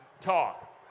talk